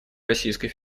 российской